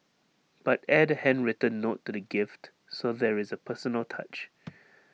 but add A handwritten note to the gift so there is A personal touch